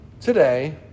today